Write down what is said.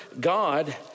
God